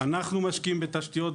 אנחנו משקיעים בתשתיות,